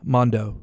Mondo